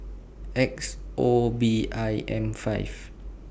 X O B I M five